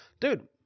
dude